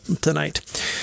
tonight